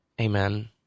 Amen